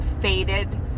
faded